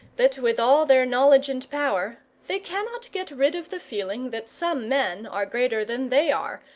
that with all their knowledge and power, they cannot get rid of the feeling that some men are greater than they are,